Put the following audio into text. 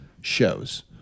shows